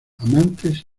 amantes